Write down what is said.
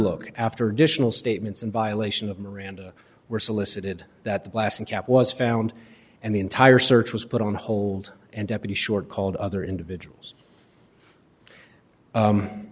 look after additional statements in violation of miranda were solicited that the blasting cap was found and the entire search was put on hold and deputy short called other individuals